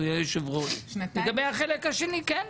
הוא יהיה יושב ראש לגבי החלק השני כן,